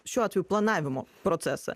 šiuo atveju planavimo procesą